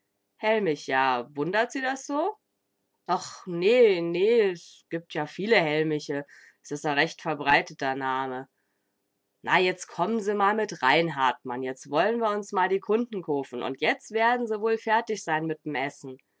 hellmich ja wundert sie das so och nee nee s gibt ja viele hellmiche s is a recht verbreiteter name na jetzt kommen se mal mit rein hartmann jetzt woll'n wir uns mal die kunden kaufen jetzt werden se wohl fertig sein mit m essen